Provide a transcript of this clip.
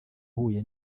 uhuye